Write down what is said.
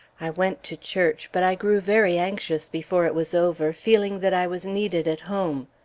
i went to church but i grew very anxious before it was over, feeling that i was needed at home.